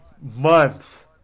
months